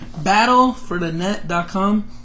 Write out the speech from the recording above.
Battleforthenet.com